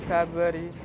February